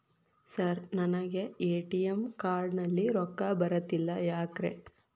Sir ನನಗೆ ATM card ನಲ್ಲಿ ರೊಕ್ಕ ಬರತಿಲ್ಲ ಯಾಕ್ರೇ?